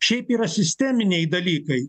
šiaip yra sisteminiai dalykai